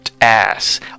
Ass